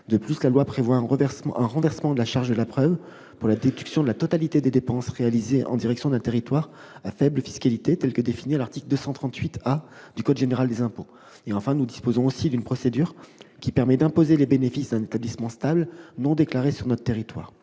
De plus, la loi prévoit un renversement de la charge de la preuve pour la déduction de la totalité des dépenses réalisées en direction d'un territoire à faible fiscalité, tel que défini à l'article 238 A du code général des impôts. Enfin, nous disposons également d'une procédure qui permet d'imposer les bénéfices d'un établissement stable non déclaré sur notre territoire.